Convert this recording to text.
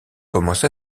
commencé